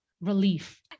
relief